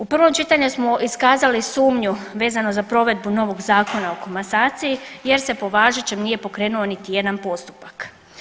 U prvom čitanju smo iskazali sumnju vezanu za provedbu novog Zakona o komasaciji, jer se po važećem nije pokrenuo niti jedan postupak.